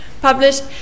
published